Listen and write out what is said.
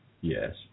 Yes